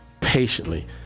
patiently